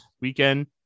weekend